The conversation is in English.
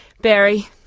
Barry